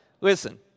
listen